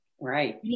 Right